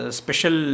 special